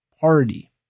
party